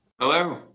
Hello